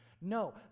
No